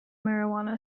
marijuana